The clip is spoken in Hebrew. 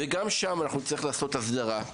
גם שם אנחנו נצטרך לעשות הסדרה.